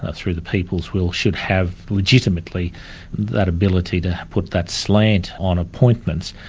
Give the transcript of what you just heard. ah through the people's will, should have legitimately that ability to put that slant on appointments.